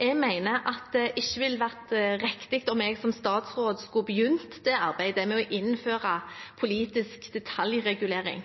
Jeg mener at det ikke ville være riktig om jeg som statsråd skulle begynt dette arbeidet med å innføre politisk detaljregulering.